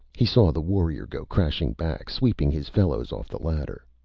he saw the warrior go crashing back, sweeping his fellows off the ladder.